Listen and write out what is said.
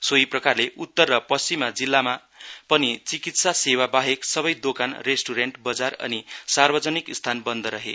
सोहि प्रकारले उत्तर र पश्चिम जिल्लामा पनि चिकित्सा सेवा बाहेक सबै दोकान रेस्टुरेन्ट बजार अनि सार्वजनिक स्थान बन्द रहे